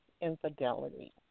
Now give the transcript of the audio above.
infidelity